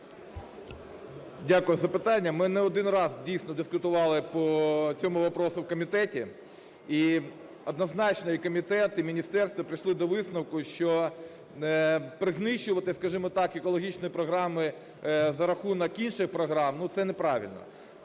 Дякую за питання. Ми не один раз, дійсно, дискутували по цьому вопросу в комітеті і однозначно і комітет, і міністерство прийшли до висновку, що пригнічувати, скажімо так, екологічні програми за рахунок інших програм – це неправильно.